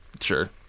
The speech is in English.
Sure